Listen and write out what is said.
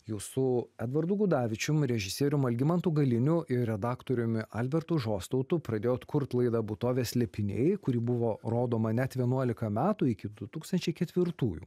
jūs su edvardu gudavičium režisierium algimantu galiniu ir redaktoriumi albertu žostautu pradėjot kurt laidą būtovės slėpiniai kuri buvo rodoma net vienuolika metų iki du tūkstančiai ketvirtųjų